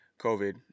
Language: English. covid